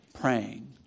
praying